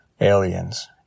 Aliens